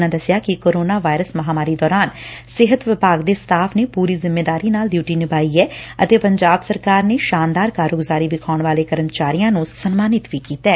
ਉਨ੍ਹਾਂ ਦਸਿਆ ਕਿ ਕੋਰੋਨਾ ਵਾਇਰਸ ਮਹਾਮਾਰੀ ਦੌਰਾਨ ਸਿਹਤ ਵਿਭਾਗ ਦੇ ਸਟਾਫ਼ ਨੇ ਪੂਰੀ ਜਿੰਮੇਦਾਰੀ ਨਾਲ ਡਿਊਟੀ ਂਨਿਭਾਈ ਐ ਅਤੇ ਪੰਜਾਬ ਸਰਕਾਰ ਨੇ ਸ਼ਾਨਦਾਰ ਕਾਰਗੁਜ਼ਾਰੀ ਵਿਖਾਉਣ ਵਾਲੇ ਕਰਮਚਾਰੀਆਂ ਨੂੰ ਸਨਮਾਨਿਤ ਵੀ ਕੀਤੈ